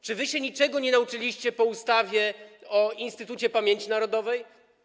Czy wy się niczego nie nauczyliście po ustawie o Instytucie Pamięci Narodowej?